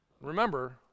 Remember